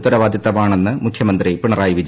ഉത്തരവാദിത്തമാണെന്ന് മുഖ്യമന്ത്രി പിണറായി വിജയൻ